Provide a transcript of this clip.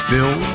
Bill